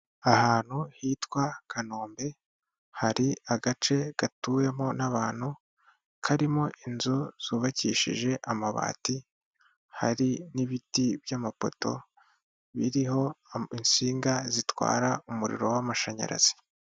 Ahantu hitwa Kanombe hari agace gatuwemo n'abantu karimo inzu zubakishije amabati, hari n'ibiti by'amapoto biriho insinga zitwara umuriro w'amashanyarazi.